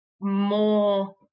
more